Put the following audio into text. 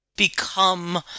become